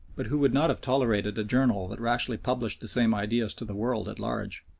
but who would not have tolerated a journal that rashly published the same ideas to the world at large.